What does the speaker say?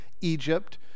Egypt